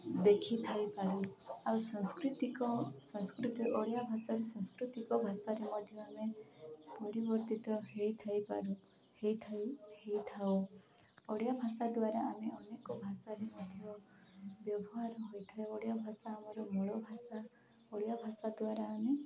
ଦେଖିଥାଇପାରୁ ଆଉ ସଂସ୍କୃତିକ ସଂସ୍କୃତି ଓଡ଼ିଆ ଭାଷାରେ ସାଂସ୍କୃତିକ ଭାଷାରେ ମଧ୍ୟ ଆମେ ପରିବର୍ତ୍ତିତ ହେଇଥାଇପାରୁ ହେଇଥାଇ ହେଇଥାଉ ଓଡ଼ିଆ ଭାଷା ଦ୍ୱାରା ଆମେ ଅନେକ ଭାଷାରେ ମଧ୍ୟ ବ୍ୟବହାର ହୋଇଥାଏ ଓଡ଼ିଆ ଭାଷା ଆମର ମୂଳ ଭାଷା ଓଡ଼ିଆ ଭାଷା ଦ୍ୱାରା ଆମେ